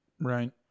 Right